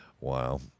Wow